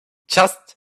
just